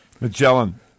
Magellan